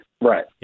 Right